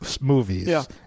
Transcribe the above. movies